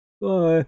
Bye